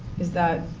is that,